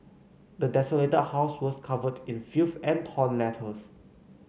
the desolated house was covered in filth and torn letters